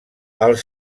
els